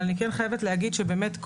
אבל אני כן חייבת להגיד שבאמת,